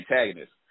antagonist